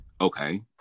okay